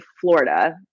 Florida